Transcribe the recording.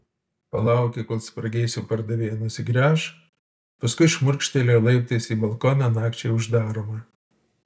palaukė kol spragėsių pardavėja nusigręš paskui šmurkštelėjo laiptais į balkoną nakčiai uždaromą